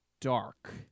dark